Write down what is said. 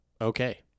okay